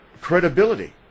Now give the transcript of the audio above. credibility